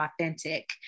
authentic